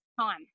time